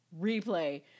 replay